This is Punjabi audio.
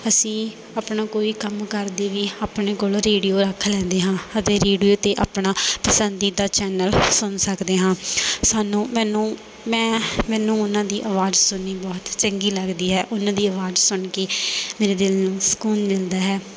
ਅਸੀਂ ਆਪਣਾ ਕੋਈ ਕੰਮ ਕਰਦੇ ਵੀ ਆਪਣੇ ਕੋਲ ਰੇਡੀਓ ਰੱਖ ਲੈਂਦੇ ਹਾਂ ਅਤੇ ਰੇਡੀਓ 'ਤੇ ਆਪਣਾ ਪਸੰਦੀਦਾ ਚੈਨਲ ਸੁਣ ਸਕਦੇ ਹਾਂ ਸਾਨੂੰ ਮੈਨੂੰ ਮੈਂ ਮੈਨੂੰ ਉਨ੍ਹਾਂ ਦੀ ਅਵਾਜ਼ ਸੁਣਨੀ ਬਹੁਤ ਚੰਗੀ ਲੱਗਦੀ ਹੈ ਉਨ੍ਹਾਂ ਦੀ ਅਵਾਜ਼ ਸੁਣ ਕੇ ਮੇਰੇ ਦਿਲ ਨੂੰ ਸਕੂਨ ਮਿਲਦਾ ਹੈ